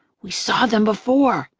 we saw them before.